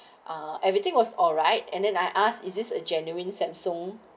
uh everything was all right and then I ask is this a genuine samsung